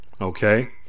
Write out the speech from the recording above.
okay